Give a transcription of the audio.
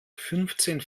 fünfzehn